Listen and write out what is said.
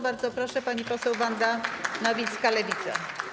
Bardzo proszę, pani poseł Wanda Nowicka, Lewica.